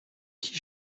qui